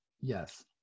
Yes